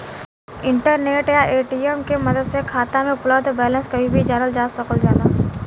internet या ATM के मदद से खाता में उपलब्ध बैलेंस कभी भी जानल जा सकल जाला